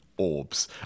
orbs